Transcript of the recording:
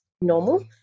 normal